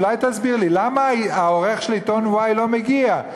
אולי תסביר לי למה העורך של עיתון y לא מגיע?